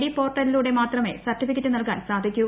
D പോർട്ടലിലൂടെ മാത്രമേ certificate നൽകാൻ സാധിക്കു